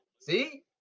See